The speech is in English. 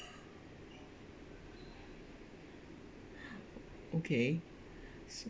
okay so